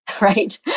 right